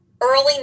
early